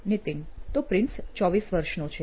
નીતિન તો પ્રિન્સ 24 વર્ષનો છે